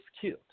killed